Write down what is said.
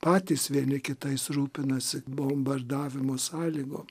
patys vieni kitais rūpinasi bombardavimo sąlygo